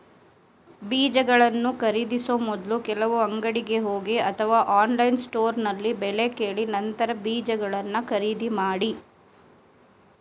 ಬೀಜಗಳನ್ನು ಖರೀದಿಸೋ ಮೊದ್ಲು ಕೆಲವು ಅಂಗಡಿಗೆ ಹೋಗಿ ಅಥವಾ ಆನ್ಲೈನ್ ಸ್ಟೋರ್ನಲ್ಲಿ ಬೆಲೆ ಕೇಳಿ ನಂತರ ಬೀಜಗಳನ್ನ ಖರೀದಿ ಮಾಡಿ